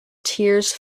tears